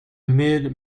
mid